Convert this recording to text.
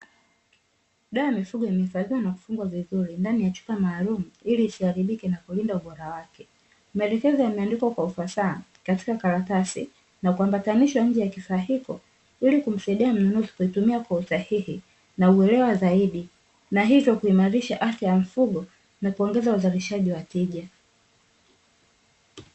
Dawa ya mifugo imehifadhiwa na kufungwa vizuri ndani ya chupa maalumu ili isiharibike na kulinda ubora wake. Maelekezo yameandikwa kwa ufasaha katika karatasi na kuambatanishwa nje ya kifaa hiko, ili kumsaidia mnunuzi kutumia kwa usahihi na uelewa zaidi na hivyo kuimarisha afya ya mfugo na kuongeza uzalishaji wa wateja.